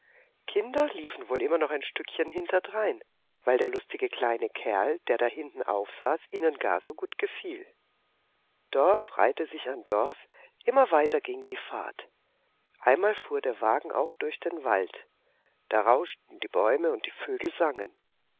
kinder liefen wohl immer noch ein stückchen hinterdrein weil der lustige kleine kerl der da hinten aufsaß ihnen gar so gut gefiel dorf reihte sich an dorf immer weiter ging die fahrt einmal fuhr der wagen auch durch den wald da rauschten die bäume und die vögel sangen